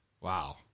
Wow